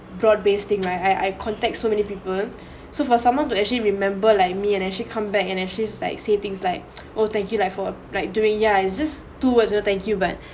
broad basting like I I contact so many people so for someone to actually remember like me and actually come back and actually like say things like oh thank you like for like doing ya it's just two words say thank you but